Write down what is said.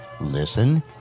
listen